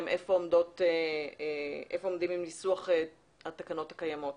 איפה עומדים עם ניסוח התקנות הקיימות.